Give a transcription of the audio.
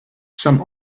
some